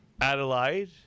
Adelaide